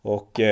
Och